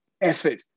Effort